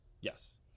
Yes